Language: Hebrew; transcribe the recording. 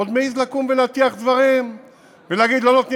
עוד מעז לקום ולהטיח דברים ולהגיד: לא נותנים